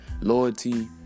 loyalty